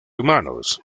humanos